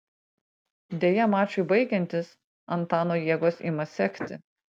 deja mačui baigiantis antano jėgos ima sekti